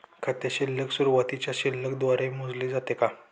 खाते शिल्लक सुरुवातीच्या शिल्लक द्वारे मोजले जाते का?